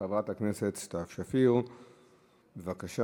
חברת הכנסת סתיו שפיר, בבקשה.